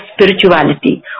spirituality